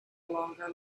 longer